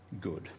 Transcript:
good